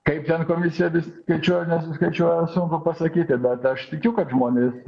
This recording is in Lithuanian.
kaip ten komisija vis skaičiuoja nesuskaičiuoja sunku pasakyti bet aš tikiu kad žmonės